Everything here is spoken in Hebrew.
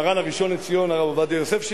מרן הראשון לציון הרב עובדיה יוסף,